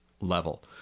level